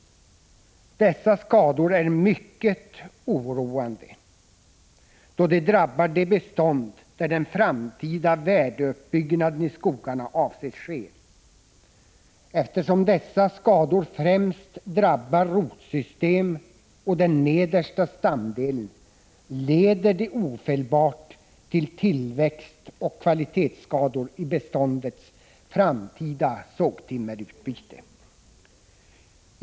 Dessa skador är mycket oroande, då de drabbar det bestånd där den framtida värdeuppbyggnaden i skogarna avses ske. Eftersom skadorna främst drabbar rotsystem och den nedersta stamdelen, leder de ofelbart till tillväxtoch kvalitetsskador i beståndets framtida sågtimmerutbyte.